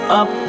up